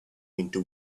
into